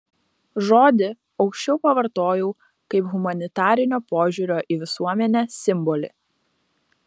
žodį aukščiau pavartojau kaip humanitarinio požiūrio į visuomenę simbolį